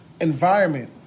environment